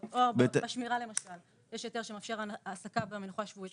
או בשמירה למשל יש הסדר שמאפשר העסקה ומנוחה שבועית,